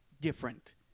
different